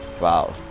wow